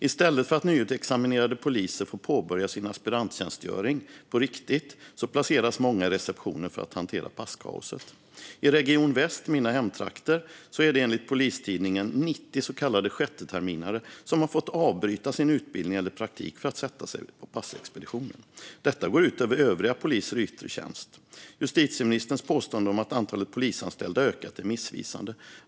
I stället för att nyutexaminerade poliser får påbörja sin aspiranttjänstgöring på riktigt placeras många i receptionen för att hantera passkaoset. I Region Väst, mina hemtrakter, är det enligt Polistidningen 90 så kallade sjätteterminare som har fått avbryta sin utbildning eller praktik för att sätta sig på passexpeditionen. Detta går ut över övriga poliser i yttre tjänst. Justitieministerns påstående om att antalet polisanställda har ökat är missvisande.